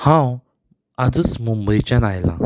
हांव आजूच मुंबयच्यान आयलां